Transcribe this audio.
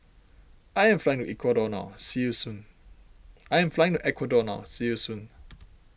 I am flying Ecuador now see you soon I am flying Ecuador now see you soon